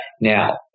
Now